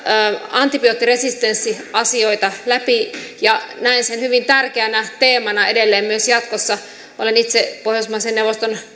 antibioottiresistenssiasioita läpi ja näen sen hyvin tärkeänä teemana edelleen myös jatkossa olen itse pohjoismaiden neuvoston